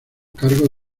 cargo